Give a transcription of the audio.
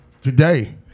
Today